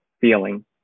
feeling